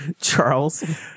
Charles